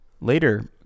Later